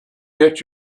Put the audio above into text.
get